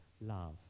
love